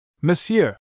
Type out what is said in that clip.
Monsieur